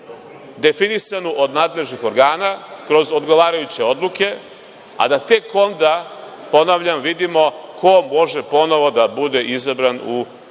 definisanu od nadležnih organa, kroz odgovarajuće odluke, a da tek onda, ponavljam, vidimo ko može ponovo da bude izabran u izbornu